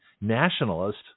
nationalist